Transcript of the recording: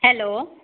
hello